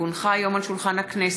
כי הונחה היום על שולחן הכנסת,